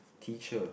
teacher